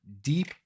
deep